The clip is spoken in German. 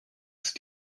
ist